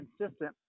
consistent